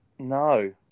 No